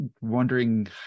wondering